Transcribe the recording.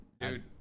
dude